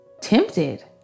tempted